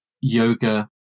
yoga